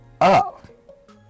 up